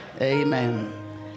amen